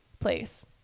place